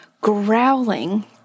growling